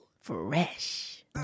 fresh